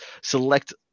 Select